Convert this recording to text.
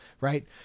Right